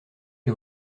que